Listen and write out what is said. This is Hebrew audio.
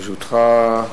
לרשותך,